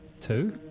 Two